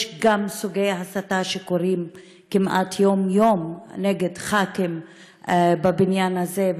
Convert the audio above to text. יש גם סוגי הסתה שקורים כמעט יום-יום נגד ח"כים בבניין הזה,